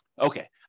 Okay